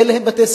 אין להם בתי-ספר,